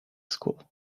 school